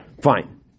Fine